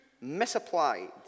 misapplied